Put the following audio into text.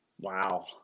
Wow